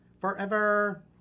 forever